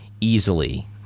easily